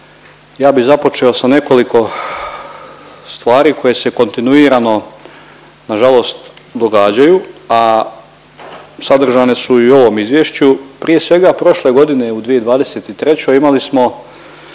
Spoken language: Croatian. ja bi započeo sa nekoliko stvari koje se kontinuirano nažalost događaju, a sadržane su i u ovom izvješću. Prije svega prošle godine u 2023. imali smo